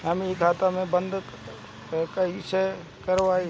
हम इ खाता बंद कइसे करवाई?